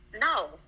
No